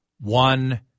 One